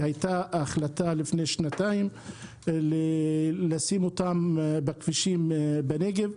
שהייתה החלטה לפני שנתיים לשים אותן בכבישים בנגב.